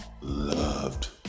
loved